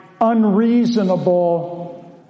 unreasonable